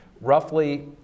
Roughly